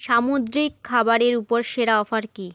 সামুদ্রিক খাবারের উপর সেরা অফার কী